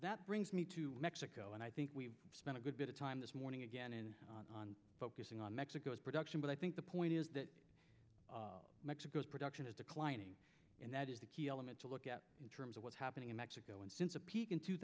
that brings me to mexico and i think we spent a good bit of time this morning again and on focusing on mexico's production but i think the point is that mexico's production is declining and that is a key element to look at in terms of what's happening in mexico and since a peak in two